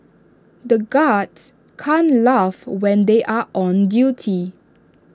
the guards can't laugh when they are on duty